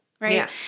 Right